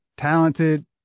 Talented